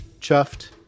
chuffed